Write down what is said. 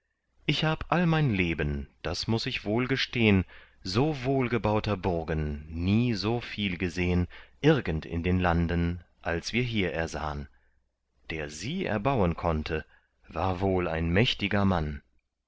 ich hab all mein leben das muß ich wohl gestehn so wohlgebauter burgen nie so viel gesehn irgend in den landen als wir hier ersahn der sie erbauen konnte war wohl ein mächtiger mann